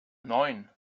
neun